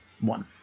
one